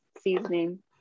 seasoning